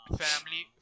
family